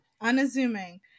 Unassuming